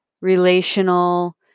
relational